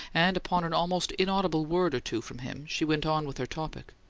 and upon an almost inaudible word or two from him she went on with her topic.